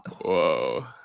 Whoa